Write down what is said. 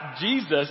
Jesus